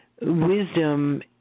wisdom